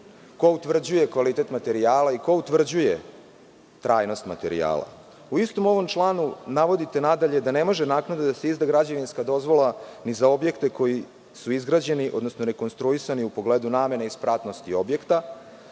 ko utvrđuje kvalitet materijala i ko utvrđuje trajnost materijala?U istom ovom članom navodite nadalje da ne može naknadno da se izda građevinska dozvola ni za objekte koji su izgrađeni, odnosno rekonstruisani u pogledu namene i spratnosti objekta,